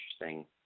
interesting